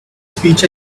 speech